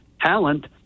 talent